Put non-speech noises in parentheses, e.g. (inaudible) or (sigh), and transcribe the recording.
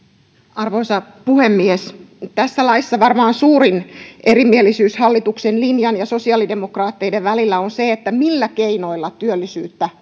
arvoisa puhemies tässä laissa varmaan suurin erimielisyys hallituksen linjan ja sosiaalidemokraattien välillä on se millä keinoilla työllisyyttä (unintelligible)